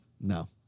No